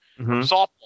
softball